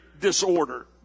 disorder